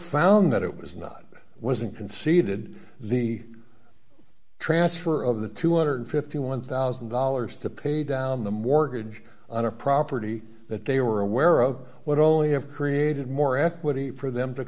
found that it was not wasn't conceded the transfer of the two hundred and fifty one thousand dollars two cents pay down the mortgage on a property that they were aware of what only have created more equity for them to